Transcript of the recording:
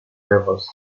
levels